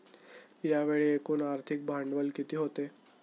यावेळी एकूण आर्थिक भांडवल किती होते?